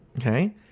Okay